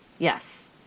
Yes